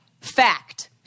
Fact